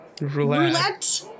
Roulette